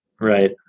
Right